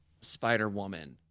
Spider-Woman